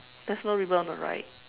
there's no ribbon on the right